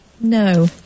No